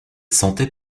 sentait